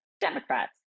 democrats